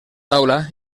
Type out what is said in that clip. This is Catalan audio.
taula